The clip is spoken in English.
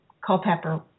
Culpepper